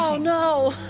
ah no,